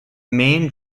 main